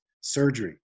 surgery